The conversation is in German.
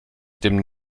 dem